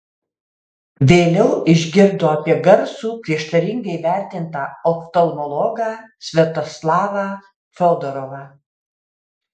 vėliau išgirdo apie garsų prieštaringai vertintą oftalmologą sviatoslavą fiodorovą